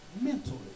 mentally